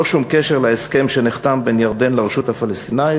ללא שום קשר להסכם שנחתם בין ירדן לבין הרשות הפלסטינית,